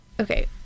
Okay